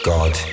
God